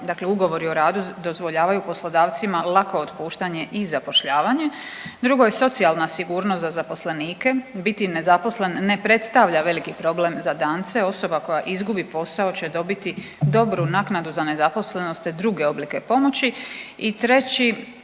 dakle ugovori o radu dozvoljavaju poslodavcima lako otpuštanje i zapošljavanje, drugo je socijalna sigurnost za zaposlenike, biti nezaposlen ne predstavlja veliki problem za Dance, osoba koja izgubi posao će dobiti dobru naknadu za nezaposlenost, te druge oblike pomoći i treći